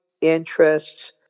interests